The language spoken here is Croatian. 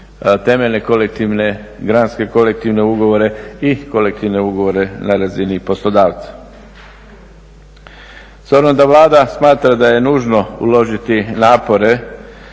temeljne kolektivne, granske kolektivne ugovore i kolektivne ugovore na razini poslodavca. S obzirom da Vlada smatra da je nužno uložiti napore